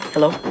Hello